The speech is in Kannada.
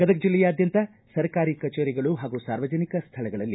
ಗದಗ ಜಿಲ್ಲೆಯಾದ್ಯಂತ ಸರ್ಕಾರಿ ಕಚೇರಿಗಳು ಪಾಗೂ ಸಾರ್ವಜನಿಕ ಸ್ಮಳಗಳಲ್ಲಿ